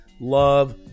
love